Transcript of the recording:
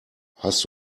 hast